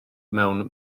mewn